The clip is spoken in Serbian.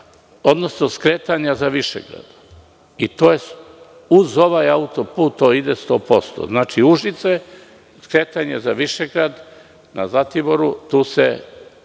odnosno skretanja za Višegrad, i to uz ovaj autoput ide 100%. Znači, Užice, skretanje za Višegrad na Zlatiboru, prva